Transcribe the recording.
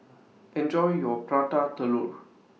Enjoy your Prata Telur